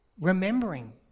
remembering